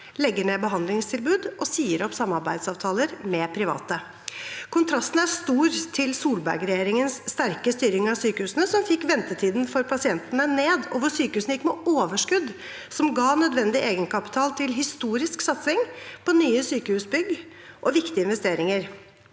legger ned behandlingstilbud og sier opp samarbeidsavtaler med private. Kontrasten er stor til Solberg-regjeringens sterke styring av sykehusene som fikk ventetiden for pasientene ned, og hvor sykehusene gikk med overskudd, noe som ga nødvendig egenkapital til en historisk satsing på nye sykehusbygg og viktige investeringer.